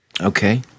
Okay